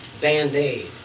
Band-Aid